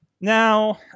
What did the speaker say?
Now